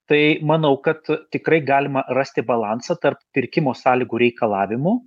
tai manau kad tikrai galima rasti balansą tarp pirkimo sąlygų reikalavimų